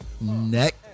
Next